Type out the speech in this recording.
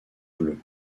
bleu